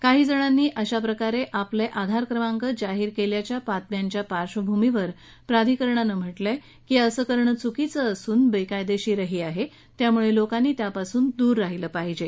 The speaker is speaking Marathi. काही लोकांनी अशा प्रकारे आपले आधार क्रमांक जाहीर केल्याच्या बातम्यांच्या पार्श्वभूमीवर प्रधिकरणानं म्हटलं आहे की असं करणं चुकीचं असून बेकायदेशीरही आहे त्यामुळे लोकांनी त्यापासून दूर राहीलं पाहिजे